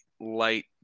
light